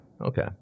Okay